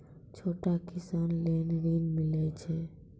छोटा किसान लेल ॠन मिलय छै?